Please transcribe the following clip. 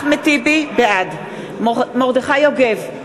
בעד מרדכי יוגב,